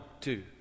two